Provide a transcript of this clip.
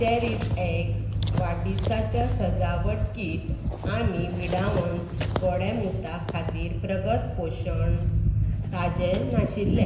CherishX वाडदिसाची सजावट kit आनी विडावन्स गोडेंमूता खातीर प्रगत पोशण ताजें नाशिल्ले